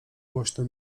głośno